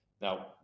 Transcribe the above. Now